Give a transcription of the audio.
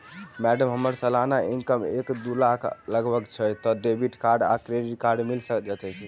Madam हम्मर सलाना income एक दु लाख लगभग छैय तऽ डेबिट कार्ड आ क्रेडिट कार्ड मिल जतैई नै?